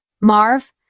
Marv